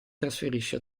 trasferisce